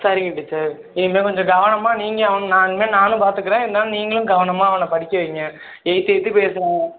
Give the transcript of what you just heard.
சரிங்க டீச்சர் இனிமே கொஞ்சம் கவனமாக நீங்கள் அவனை நான் இனிமேல் நானும் பார்த்துக்கறேன் இருந்தாலும் நீங்களும் கவனமாக அவனை படிக்க வைங்க எதித்து எதித்து பேசுகிறான்